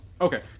okay